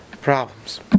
problems